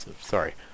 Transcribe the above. Sorry